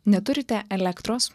neturite elektros